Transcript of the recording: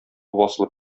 басылып